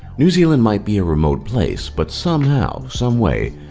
new zealand might be a remote place but somehow, someway,